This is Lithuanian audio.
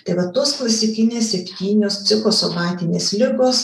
tai va tos klasikinės septynios psichosomatinės ligos